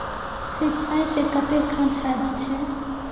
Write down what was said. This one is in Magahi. सिंचाई से कते खान फायदा छै?